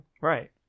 Right